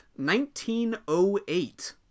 1908